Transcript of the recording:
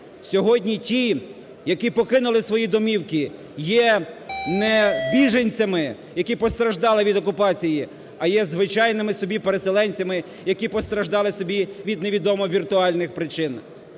Сьогодні ті, які покинули свої домівки, є не біженцями, які постраждали від окупації, а є звичайними собі переселенцями, які постраждали собі від невідомих віртуальних причин.